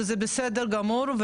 וזה בסדר גמור,